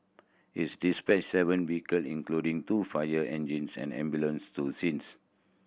it dispatched seven vehicle including two fire engines and ambulance to scenes